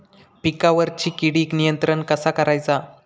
पिकावरची किडीक नियंत्रण कसा करायचा?